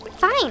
Fine